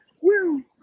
woo